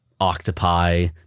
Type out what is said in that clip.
Octopi